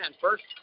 first